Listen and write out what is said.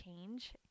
change